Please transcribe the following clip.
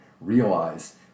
realize